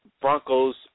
Broncos